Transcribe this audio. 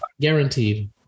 Guaranteed